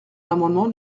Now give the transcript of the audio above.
l’amendement